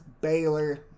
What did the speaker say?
Baylor